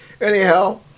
Anyhow